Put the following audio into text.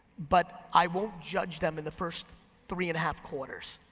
but i won't judge them in the first three and a half quarters.